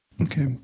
Okay